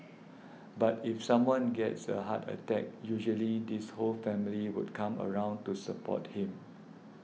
but if someone gets a heart attack usually this whole family would come around to support him